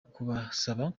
kubasaba